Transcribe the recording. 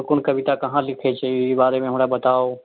कौन कौन कविता कहाँ लिखैत छियै एहि बारे हमरा बताउ